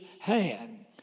hand